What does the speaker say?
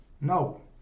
No